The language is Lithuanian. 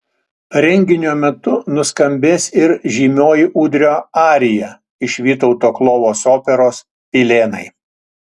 renginio metu nuskambės ir žymioji ūdrio arija iš vytauto klovos operos pilėnai